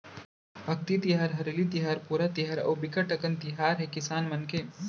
अक्ति तिहार, हरेली तिहार, पोरा तिहार अउ बिकट अकन तिहार हे किसान मन के